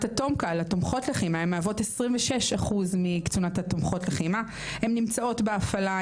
התומכות לחימה הן מהוות 26%. הן נמצאות בהפעלה,